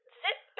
zip